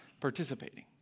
participating